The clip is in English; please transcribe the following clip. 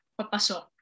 papasok